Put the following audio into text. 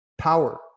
power